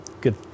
good